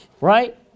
right